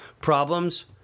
problems